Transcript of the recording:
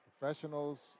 Professionals